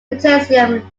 potassium